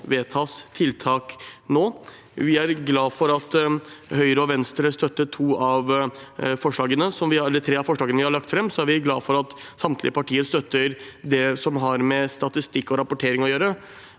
Vi er glade for at Høyre og Venstre støtter tre av forslagene som vi har lagt fram. Vi er glade for at samtlige partier støtter det som har med statistikk og rapportering å gjøre.